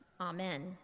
amen